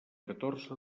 catorze